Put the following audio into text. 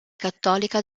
cattolica